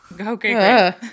Okay